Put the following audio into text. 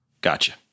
Gotcha